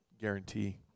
guarantee